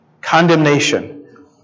Condemnation